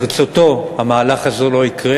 ברצותו, המהלך הזה לא יקרה.